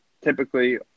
typically